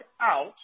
out